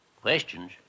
Questions